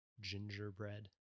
gingerbread